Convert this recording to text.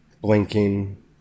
blinking